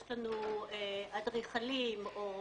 יש לנו אדריכלים או